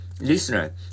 listener